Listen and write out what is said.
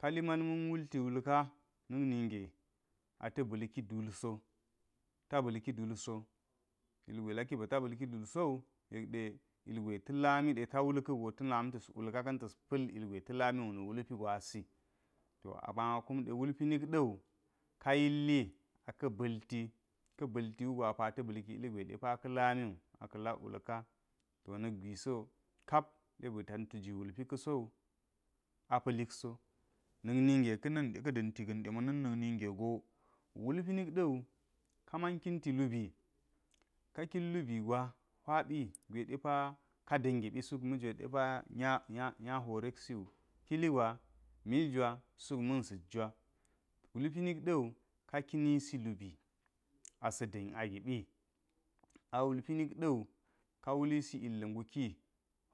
Kali mal ma̱n wutli wulk nik ninge ata̱ ba̱lki dul so, ta ba̱l ki dulso ilgwe lako ba̱ta dul sowu yek ɗe ilgwe ta̱ lami ɗe ta wul ka̱ go, lami ta̱s wulka tas pa̱l ilgwe ta̱ lami wuna wulpi gwasi. To ama kumɗe wulpi nik ɗa wie ka yilli aka̱ ba̱lti, ka̱ ba̱lti wugo apata̱ ba̱l ki ilgwe depa ka̱ lamiwu, aka̱ lak wulka to nik gwi siwo kap ɗe ba̱ tantu ga̱ wulp ka̱sowu apa̱likso na̱k ninge ka̱nin ka̱ da̱nti ga̱n ɗe ma̱ na̱n na̱k ninge wulp nik ɗa̱wu ka man kinti lubi, ka kin lubi gwa hwaɓi gwe depa kada̱ngi suk ma̱jwe depa nya, nya horeksi kiligwa, miljwa suk ma̱n ẕak jwa. Wulpi nik ɗa̱wu ka kinisi asa̱ da̱n a giɓi, a wulpi nik ɗawu ka wulisi illa̱ ngk uki